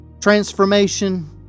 transformation